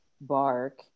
Bark